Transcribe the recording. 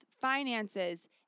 finances